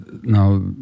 now